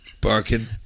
barking